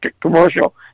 commercial